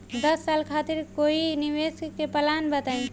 दस साल खातिर कोई निवेश के प्लान बताई?